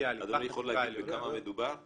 דיפרנציאלי --- אדוני יכול להגיד בכמה מדובר,